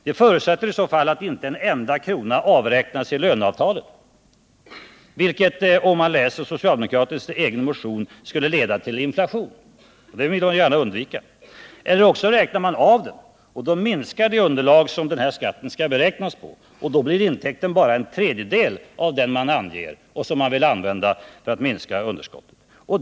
Det förutsätter i så fall att inte en enda krona avräknas i löneavtalet, vilket — enligt socialdemokraternas egen motion —- skulle leda till inflation, och det vill de ju gärna undvika. Eller också gör man en avräkning i löneavtalet, och därmed minskar skatteinkomsterna för stat och kommun så att intäkten bara blir en tredjedel av vad man anger och som man vill använda för att minska underskottet.